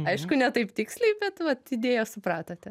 aišku ne taip tiksliai bet vat idėją supratote